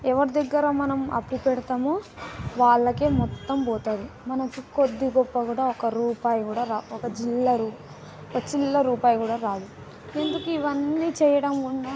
ఎవరి దగ్గర మనం అప్పు పెడతామో వాళ్ళకే మొత్తం పోతుంది మనకి కొద్ది గొప్ప కూడా ఒక రూపాయి కూడా రావు ఒక చిల్లర ఒక చిల్లర రూపాయి కూడా రాదు ఎందుకు ఇవన్నీ చేయడం కూడా